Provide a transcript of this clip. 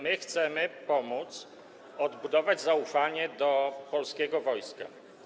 My chcemy pomóc odbudować zaufanie do polskiego wojska.